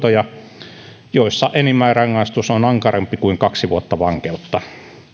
rikosten törkeitä tekomuotoja joissa enimmäisrangaistus on ankarampi kuin kaksi vuotta vankeutta